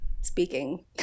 speaking